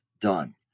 done